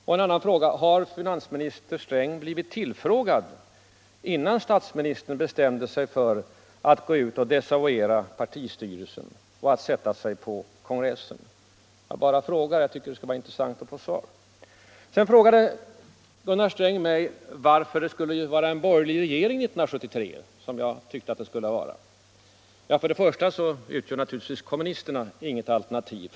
Så en annan fråga: Har finansminister Sträng blivit tillfrågad innan statsministern bestämde sig för att gå ut och desavouera partistyrelsen och att sätta sig på kongressen? Jag bara frågar. Jag tycker det skulle vara intressant att få ett svar på det. Vidare frågade Gunnar Sträng mig varför det skulle vara en borgerlig regering 1973, som jag tyckte det skulle vara. Ja, först och främst utgör kommunisterna naturligtvis inget alternativ.